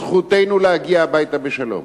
זכותנו להגיע הביתה בשלום.